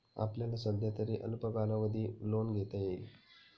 आपल्याला सध्यातरी अल्प कालावधी लोन घेता येईल